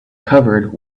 covered